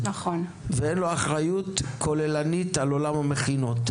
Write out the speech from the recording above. ואין לו אחריות כוללנית על עולם המכינות.